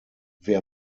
wer